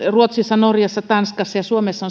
ruotsissa norjassa tanskassa ja suomessa